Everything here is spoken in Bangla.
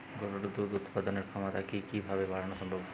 গরুর দুধ উৎপাদনের ক্ষমতা কি কি ভাবে বাড়ানো সম্ভব?